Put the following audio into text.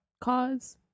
cause